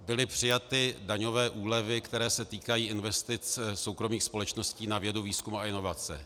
Byly přijaty daňové úlevy, které se týkají investic soukromých společností na vědu, výzkum a inovace.